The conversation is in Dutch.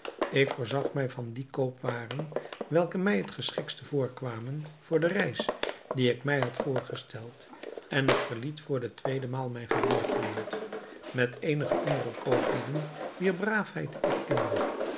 ik voorzag mij van die koopwaren welke mij het geschiktste voorkwamen voor de reis die ik mij had voorgesteld en ik verliet voor de tweede maal mijn geboorteland met eenige andere kooplieden wier braafheid ik kende